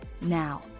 Now